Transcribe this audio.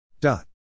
Dot